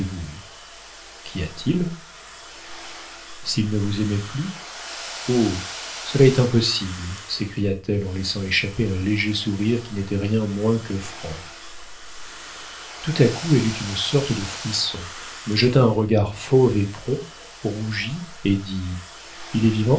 qu'y a-t-il s'il ne vous aimait plus oh cela est impossible s'écria-t-elle en laissant échapper un léger sourire qui n'était rien moins que franc tout à coup elle eut une sorte de frisson me jeta un regard fauve et prompt rougit et dit il est vivant